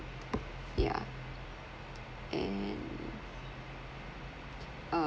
yeah and uh